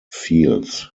fields